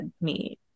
need